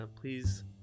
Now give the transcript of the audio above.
please